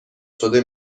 شده